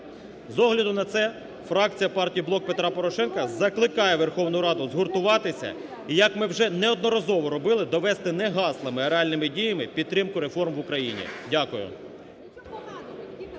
З огляду на це, фракція партії "Блок Петра Порошенка" закликає Верховну Раду згуртуватися, і як ми вже неодноразово робили, довести не гаслами, а реальними діями підтримку реформ в Україні. Дякую.